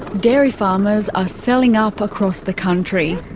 dairy farmers are selling up across the country.